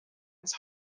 was